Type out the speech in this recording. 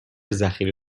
ذخیره